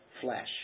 flesh